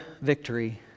victory